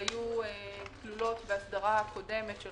שהיו כלולות בהסדרה הקודמת של